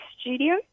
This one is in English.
studio